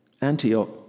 Antioch